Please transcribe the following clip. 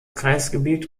kreisgebiet